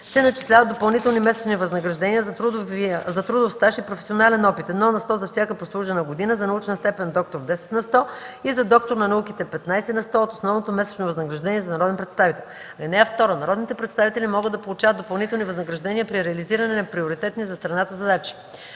се начисляват допълнителни месечни възнаграждения за трудов стаж и професионален опит – 1 на сто за всяка прослужена година, за научна степен „доктор” – 10 на сто, и за „доктор на науките” – 15 на сто от основното месечно възнаграждение за народен представител. (2) Народните представители могат да получават допълнителни възнаграждения при реализиране на приоритетни за страната задачи.